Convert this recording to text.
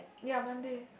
ya Monday